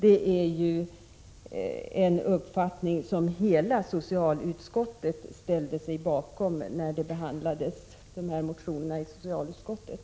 Det är ju en uppfattning som hela socialutskottet ställde sig bakom när motionerna behandlades i utskottet.